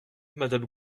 madame